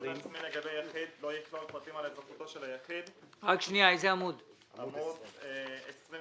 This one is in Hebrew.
תיעוד עצמי לגבי יחיד לא יכלול פרטים על אזרחותו של היחיד עמוד 21